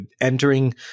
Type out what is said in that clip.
entering